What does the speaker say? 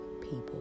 people